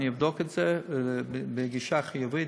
אני אבדוק את זה בגישה חיובית.